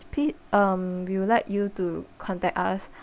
um we would like you to contact us